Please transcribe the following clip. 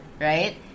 right